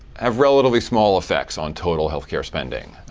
have relatively small effects on total health care spending.